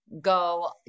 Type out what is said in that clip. go